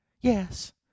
yes